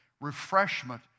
refreshment